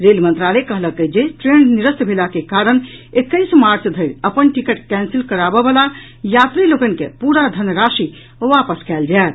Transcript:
rail मंत्रालय कहलक अछि जे ट्रेन निरस्त भेला के कारण एकैस मार्च धरि अपन टिकट कैंसिल कराबय वला यात्री लोकनि के पूरा धन राशि वापस कयल जायत